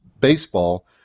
baseball